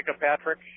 Patrick